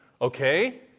Okay